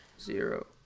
Zero